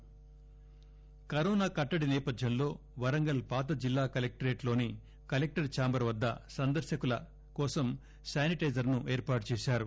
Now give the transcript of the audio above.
Warangal corona కట్టడి సేపథ్యం లో వరంగల్ పాత జిల్లా కలెక్లరేట్లోని కలెక్లర్ ఛాంబర్ వద్ద సందర్శకుల కోసం శానిటైజర్ ను ఏర్పాటు చేశారు